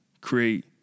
create